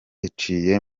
yaciye